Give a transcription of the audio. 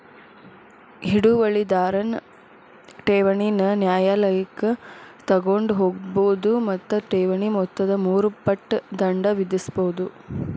ಹಿಡುವಳಿದಾರನ್ ಠೇವಣಿನ ನ್ಯಾಯಾಲಯಕ್ಕ ತಗೊಂಡ್ ಹೋಗ್ಬೋದು ಮತ್ತ ಠೇವಣಿ ಮೊತ್ತದ ಮೂರು ಪಟ್ ದಂಡ ವಿಧಿಸ್ಬಹುದು